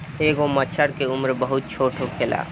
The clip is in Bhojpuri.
एगो मछर के उम्र बहुत छोट होखेला